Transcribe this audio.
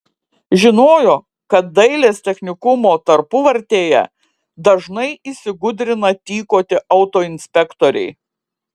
žinojo kad dailės technikumo tarpuvartėje dažnai įsigudrina tykoti autoinspektoriai